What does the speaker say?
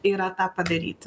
yra tą padaryti